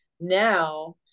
now